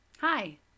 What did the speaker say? Hi